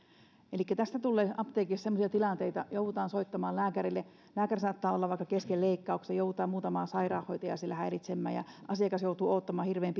tästä tulee apteekeissa semmoisia tilanteita että joudutaan soittamaan lääkärille lääkärillä saattaa olla vaikka leikkaus kesken joudutaan muutamaa sairaanhoitajaa häiritsemään ja asiakas joutuu odottamaan hirveän